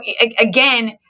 again